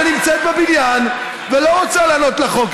שנמצאת בבניין ולא רוצה לעלות לחוק.